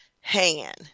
hand